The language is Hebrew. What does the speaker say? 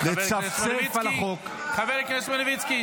----- לצפצף על החוק -- חבר הכנסת מלביצקי,